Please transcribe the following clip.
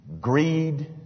greed